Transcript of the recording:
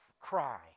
cry